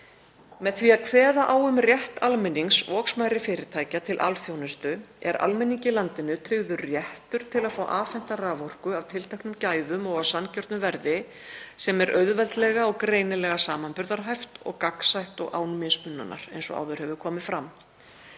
Með því að kveða á um rétt almennings og smærri fyrirtækja til alþjónustu er almenningi í landinu tryggður réttur til að fá afhenta raforku af tilteknum gæðum og á sanngjörnu verði, sem er auðveldlega og greinilega samanburðarhæft og gagnsætt og án mismununar eins og áður hefur komið fram.